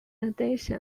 addition